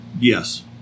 Yes